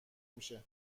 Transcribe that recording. میشه